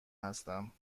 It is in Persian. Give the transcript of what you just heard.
هستم